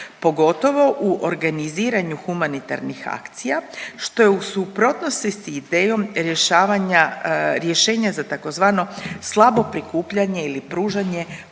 pogotovo u organiziranju humanitarnih akcija što je u suprotnosti sa idejom rješavanja rješenja za tzv. slabo prikupljanje ili pružanje